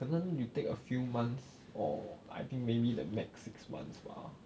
可能 will take a few months or I think maybe the max six months bah